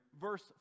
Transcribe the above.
Verse